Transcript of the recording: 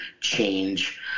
change